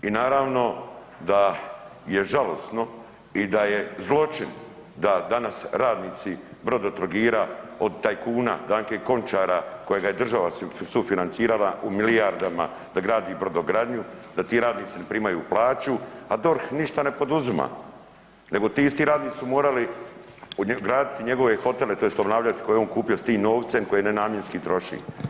I naravno da je žalosno i da je zločin da danas radnici Brodotrogira od tajkuna Danke Končara kojega je država sufinancirala u milijardama da gradi brodogradnju, da ti radnici ne primaju plaću, a DORH ništa ne poduzima nego ti isti radnici su morali graditi njegove hotele tj. obnavljati koje je on kupio s tim novcem koji nenamjenski troši.